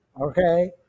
okay